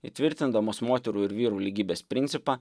įtvirtindamos moterų ir vyrų lygybės principą